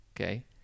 Okay